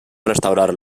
restaurar